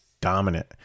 dominant